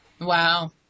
Wow